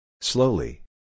Slowly